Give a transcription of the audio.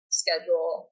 schedule